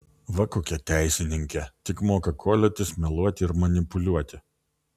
va kokia teisininkė tik moka koliotis meluoti ir manipuliuoti